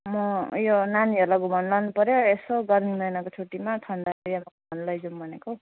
म ऊ यो नानीहरूलाई घुमाउनु लानु पऱ्यो यसो गर्मी महिनाको छुटीमा ठन्डा फेरि अब घुमाउनु लैजाऔँ भनेको